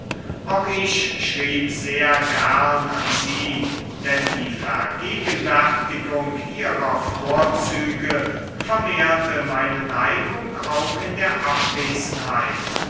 auch ich schrieb sehr gern an sie denn die vergegenwärtigung ihrer vorzüge vermehrte meine neigung auch in der abwesenheit